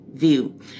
view